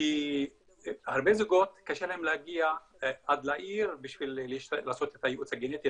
כי הרבה זוגות קשה להם להגיע עד לעיר בשביל לעשות את הייעוץ הגנטי,